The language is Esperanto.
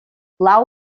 laŭ